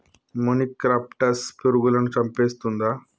మొనిక్రప్టస్ పురుగులను చంపేస్తుందా?